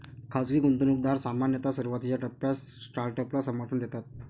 खाजगी गुंतवणूकदार सामान्यतः सुरुवातीच्या टप्प्यात स्टार्टअपला समर्थन देतात